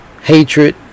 Hatred